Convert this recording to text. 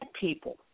people